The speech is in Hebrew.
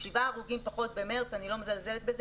7 הרוגים פחות במרס אני לא מזלזלת בזה,